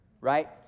right